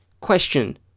Question